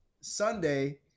Sunday